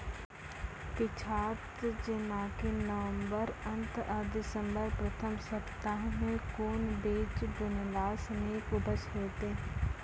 पीछात जेनाकि नवम्बर अंत आ दिसम्बर प्रथम सप्ताह मे कून बीज बुनलास नीक उपज हेते?